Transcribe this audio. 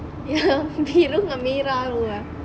yang biru dengan merah tu eh